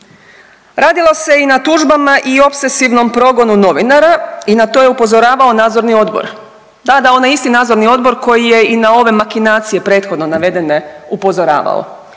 Radilo se i na tužbama i opsesivnom progonu novinara i na to je upozoravao Nadzorni odbor, tada onaj isti Nadzorni odbor koji je i na ove makinacije prethodno navedene upozoravao,